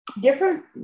different